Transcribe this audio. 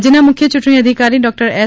રાજ્યના મુખ્ય યૂંટણી અધિકારી ડોક્ટર એસ